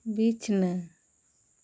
ᱵᱤᱪᱷᱱᱟᱹ